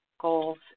goals